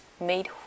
made